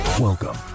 Welcome